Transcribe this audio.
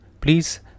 please